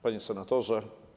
Panie Senatorze!